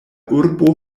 urbo